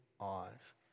eyes